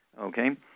okay